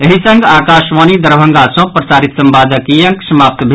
एहि संग आकाशवाणी दरभंगा सँ प्रसारित संवादक ई अंक समाप्त भेल